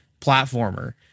platformer